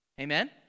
Amen